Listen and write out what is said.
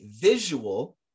visual